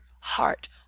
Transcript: heart